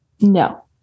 No